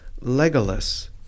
Legolas